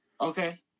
Okay